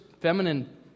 feminine